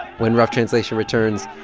when rough translation returns,